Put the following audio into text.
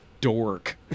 dork